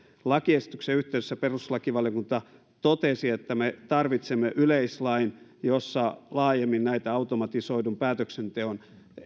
lakiesityksen yhteydessä perustuslakivaliokunta totesi että me tarvitsemme yleislain jossa laajemmin näitä automatisoidun päätöksenteon